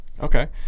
Okay